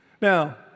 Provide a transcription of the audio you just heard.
Now